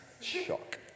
shock